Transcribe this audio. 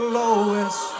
lowest